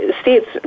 states